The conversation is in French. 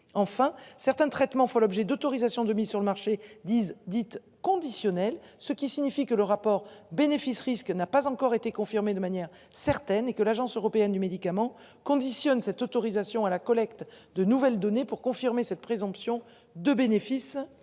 enfin certains traitements font l'objet d'autorisation de mise sur le marché disent dites conditionnel ce qui signifie que le rapport bénéfice-risque n'a pas encore été confirmée de manière certaine et que l'Agence européenne du médicament conditionne cette autorisation à la collecte de nouvelles données pour confirmer cette présomption de bénéfice